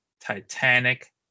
Titanic